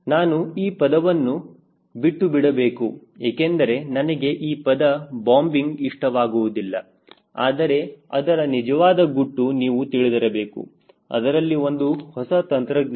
ನಾನು ಈ ಪದವನ್ನು ಬಿಟ್ಟುಬಿಡಬೇಕು ಏಕೆಂದರೆ ನನಗೆ ಈ ಪದ ಬಾಂಬಿಂಗ್ ಇಷ್ಟವಾಗುವುದಿಲ್ಲ ಆದರೆ ಅದರ ನಿಜವಾದ ಗುಟ್ಟು ನೀವು ತಿಳಿದಿರಬೇಕು ಇದರಲ್ಲಿ ಒಂದು ಹೊಸ ತಂತ್ರಜ್ಞಾನವು